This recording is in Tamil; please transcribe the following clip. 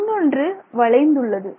இன்னொன்று வளைந்துள்ளது